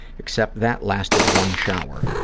except that lasted one shower.